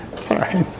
Sorry